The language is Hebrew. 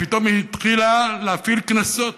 פתאום היא התחילה להפעיל קנסות,